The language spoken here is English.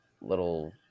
little